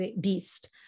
beast